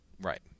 Right